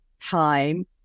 time